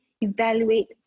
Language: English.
evaluate